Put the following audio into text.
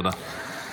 תודה.